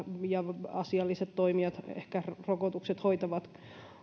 ja asialliset toimijat ehkä rokotukset hoitavat